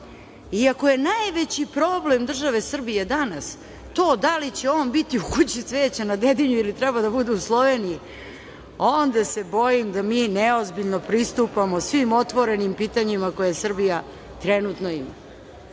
I ako je najveći problem države Srbije to da li će on biti u „Kući cveća“ na Dedinju ili treba da bude u Sloveniji onda se bojim da mi neozbiljno pristupamo svim otvorenim pitanjima koje Srbija trenutno ima,